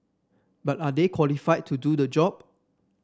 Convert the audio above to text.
but are they qualified to do the job